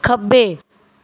ਖੱਬੇ